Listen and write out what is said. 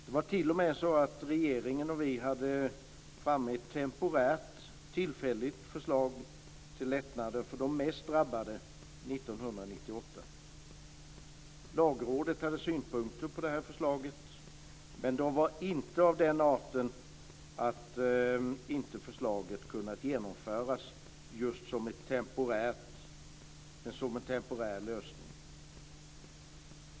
Det var t.o.m. så att regeringen och vi hade tagit fram ett tillfälligt förslag till lättnader för de mest drabbade 1998. Lagrådet hade synpunkter på det förslaget, men de var inte av den arten att inte förslaget hade kunnat genomföras just som en temporär lösning.